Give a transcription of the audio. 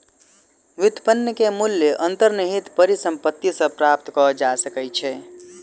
व्युत्पन्न के मूल्य अंतर्निहित परिसंपत्ति सॅ प्राप्त कय जा सकै छै